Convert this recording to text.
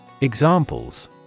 Examples